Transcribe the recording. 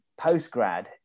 postgrad